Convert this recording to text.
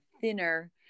thinner